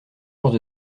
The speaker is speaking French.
force